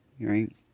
right